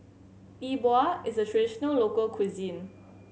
E Bua is a traditional local cuisine